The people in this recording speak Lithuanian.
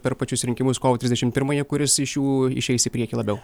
per pačius rinkimus kovo trisdešim pirmąją kuris iš jų išeis į priekį labiau